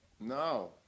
No